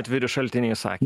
atviri šaltiniai sakė